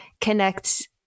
connect